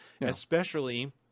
Especially-